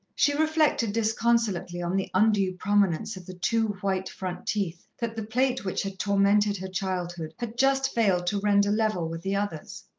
she reflected disconsolately on the undue prominence of the two, white front teeth that the plate which had tormented her childhood had just failed to render level with the others.